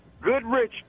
Goodrich